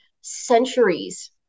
centuries